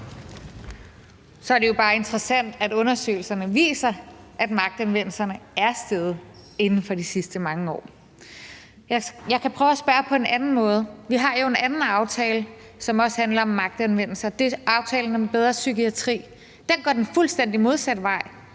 Så er det jo bare interessant, at undersøgelserne viser, at magtanvendelserne er steget inden for de sidste mange år. Jeg kan prøve at spørge på en anden måde. Vi har jo en anden aftale, som også handler om magtanvendelse, nemlig aftalen om en bedre psykiatri, og som går den fuldstændig modsatte vej.